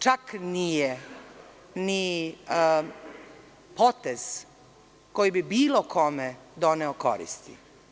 Čak nije ni potez koji bi bilo kome doneo koristi.